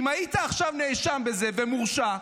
אם היית עכשיו נאשם בזה ומורשע,